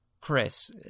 Chris